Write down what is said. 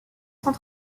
cent